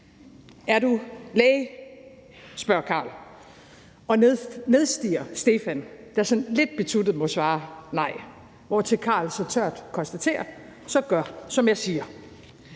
Er du læge? spørger Carl og nedstirrer Stefan, der sådan lidt betuttet må svare nej, hvortil Carl så tørt konstaterer: Så gør, som jeg siger.